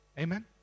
Amen